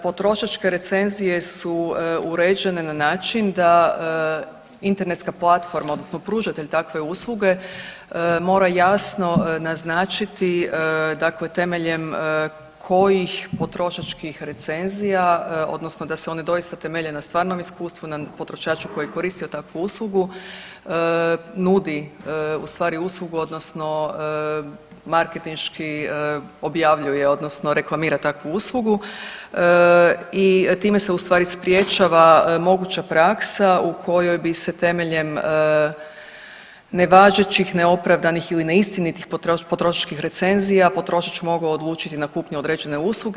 Potrošačke recenzije su uređene na način da internetska platforma, odnosno pružatelj takve usluge mora jasno naznačiti, dakle temeljem kojih potrošačkih recenzija, odnosno da se one doista temelje na stvarnom iskustvu, na potrošaču koji je koristio takvu uslugu nudi u stvari uslugu, odnosno marketinški objavljuje, odnosno reklamira takvu uslugu i time se u stvari sprječava moguća praksa u kojoj bi se temeljem nevažećih, neopravdanih ili neistinitih potrošačkih recenzija potrošač mogao odlučiti na kupnju određene usluge.